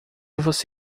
você